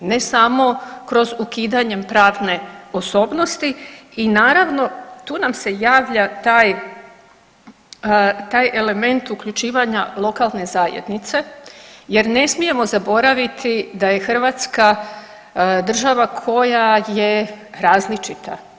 Ne samo kroz ukidanjem pravne osobnosti i naravno, tu nam se javlja taj element uključivanja lokalne zajednice jer ne smijemo zaboraviti da je Hrvatska država koja je različita.